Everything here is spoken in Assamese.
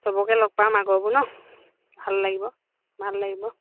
চবকে লগ পাম আগৰবোৰ ন ভাল লাগিব ভাল লাগিব